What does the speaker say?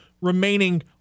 remaining